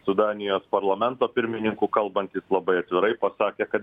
su danijos parlamento pirmininku kalbant jis labai atvirai pasakė kad